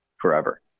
forever